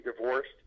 divorced